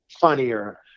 funnier